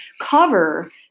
cover